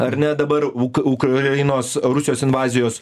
ar ne dabar uk ukrainos rusijos invazijos